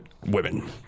women